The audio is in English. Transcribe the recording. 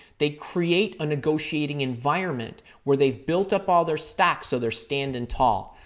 they create a negotiating environment where they've built up all their stacks so they're standing tall.